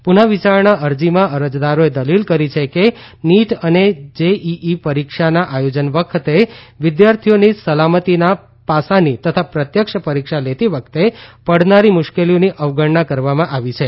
પુનઃ વિચારણા અરજીમાં અરજદારોએ દલીલ કરી છે કેનીટ અને જીઇઇ પરીક્ષાના આયોજન વખતે વિદ્યાર્થીઓની સલામતીના પાસાની તથા પ્રત્યક્ષ પરીક્ષા લેતી વખતે પડનારી મુશ્કેલીઓની અવગણના કરવામાં આવી છે